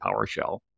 PowerShell